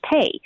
pay